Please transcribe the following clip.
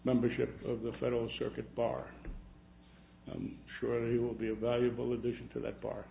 membership of the federal circuit bar i'm sure he will be a valuable addition to that bar